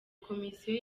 komisiyo